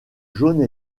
jaune